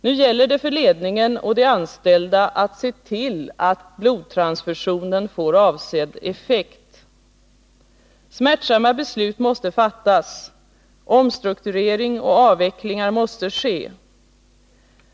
Nu gäller det för ledningen och de anställda att se till att blodtransfusionen får avsedd effekt. Smärtsamma beslut måste fattas, omstrukturering och avveckling måste ske.